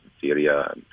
Syria